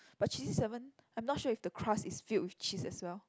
but cheesy seven I'm not sure if the crust is filled with cheese as well